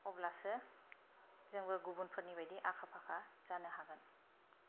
अब्लासो जोंबो गुबुनफोरनि बायदि आखा फाखा जानो हागोन